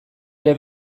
ere